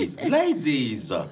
ladies